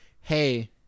hey